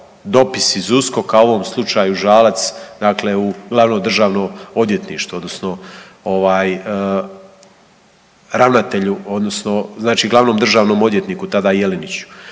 dopis iz USKOK-a u ovom slučaju Žalac, dakle u glavno državno odvjetništvo odnosno ravnatelju odnosno znači glavnom državnom odvjetniku tada Jeliniču.